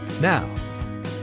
Now